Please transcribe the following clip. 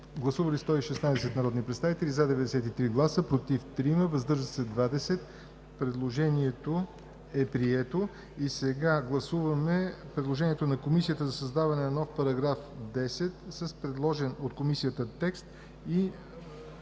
Гласували 116 народни представители: за 93, против 3, въздържали се 20. Предложението е прието. Сега гласуваме предложението на Комисията за създаване на нов § 10 с предложения от Комисията текст и